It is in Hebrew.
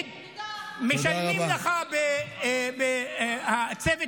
תגיד, משלמים לך בצוות